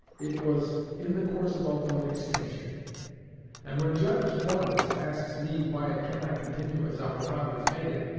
it was in the course of ultimate extinction and when judge douglas asks me why it cannot continue as our fathers made it,